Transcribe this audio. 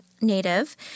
native